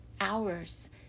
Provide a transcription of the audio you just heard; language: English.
hours